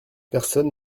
personne